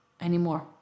anymore